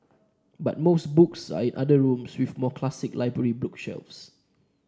but most books are in other rooms with more classic library bookshelves